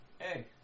hey